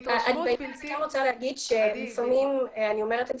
אני רוצה להגיד שלפעמים אני אומרת את